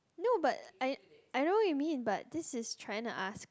no but I I know what you mean but this is trying ask